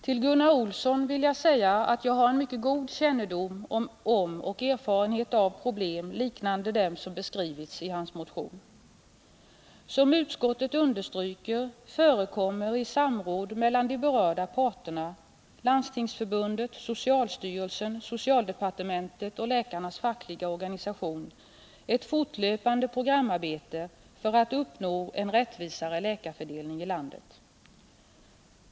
Till Gunnar Olsson vill jag säga att jag har en mycket god kännedom om och erfarenhet av problem liknande dem som beskivits i den motion som väckts av honom och några medmotionärer. Som utskottet understryker förekommer i samråd mellan berörda parter — Landstingsförbundet, socialstyrelsen, socialdepartementet och läkarnas fackliga organisation — ett fortlöpande programarbete för att uppnå en rättvisare läkarfördelning i landet.